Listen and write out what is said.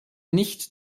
nicht